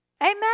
Amen